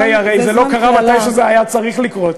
הרי זה לא קרה מתי שזה היה צריך לקרות.